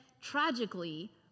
tragically